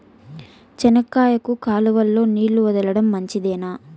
చెనక్కాయకు కాలువలో నీళ్లు వదలడం మంచిదేనా?